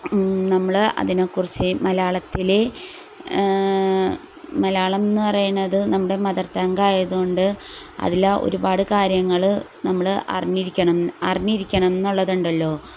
നമ്മൾ അതിനെക്കുറിച്ച് മലയാളത്തിലെ മലയാളം എന്നു പറയണത് നമ്മുടെ മദർ തങ്ക് ആയതുകൊണ്ട് അതിൽ ഒരുപാട് കാര്യങ്ങൾ നമ്മൾ അറിഞ്ഞിരിക്കണം അറിഞ്ഞിരിക്കണം എന്നുള്ളതുണ്ടല്ലോ